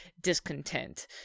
discontent